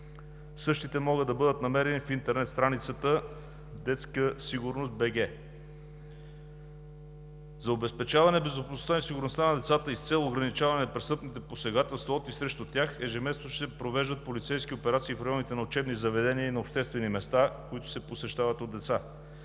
Същите могат да бъдат намерени в интернет страницата http://detskasigurnost.bg. За обезпечаване безопасността и сигурността на децата и с цел ограничаване на престъпните посегателства от и срещу тях ежемесечно се провеждат полицейски операции в районите на учебни заведения и на обществени места, които се посещават от деца.